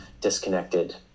disconnected